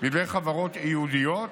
לידי חברות ייעודיות,